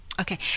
Okay